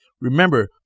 remember